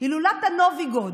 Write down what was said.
"הילולת הנובי גוד".